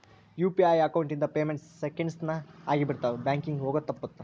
UPI account ಇಂದ payment seconds ನ ಆಗಿಬಿಡತ್ತ ಬ್ಯಾಂಕಿಂಗ್ ಹೋಗೋದ್ ತಪ್ಪುತ್ತ